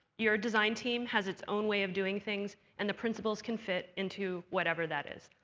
your design team has its own way of doing things, and the principles can fit into whatever that is.